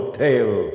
tale